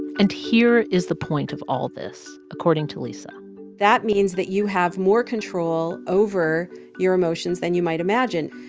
and here is the point of all this, according to lisa that means that you have more control over your emotions than you might imagine.